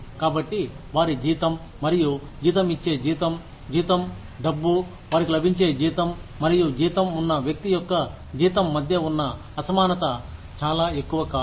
కాబట్టి వారి జీతం మరియు జీతం ఇచ్చే జీతం జీతం డబ్బు వారికి లభించే జీతం మరియు జీతం ఉన్న వ్యక్తి యొక్క జీతం మధ్య ఉన్న అసమానత చాలా ఎక్కువ కాదు